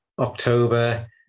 October